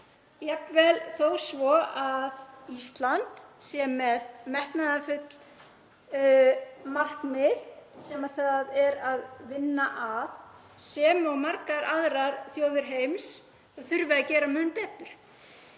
jafnvel þó svo að Ísland sé með metnaðarfull markmið sem það er að vinna að, sem og margar aðrar þjóðir heims, þurfi að gera mun betur.